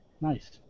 Nice